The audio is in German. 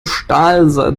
stahlseil